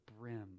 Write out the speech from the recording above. brim